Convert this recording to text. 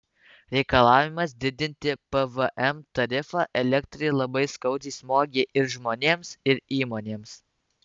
reikalavimas didinti pvm tarifą elektrai labai skaudžiai smogė ir žmonėms ir įmonėms